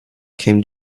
came